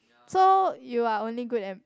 so you are only good at